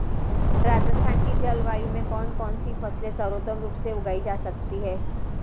राजस्थान की जलवायु में कौन कौनसी फसलें सर्वोत्तम रूप से उगाई जा सकती हैं?